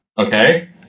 Okay